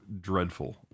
dreadful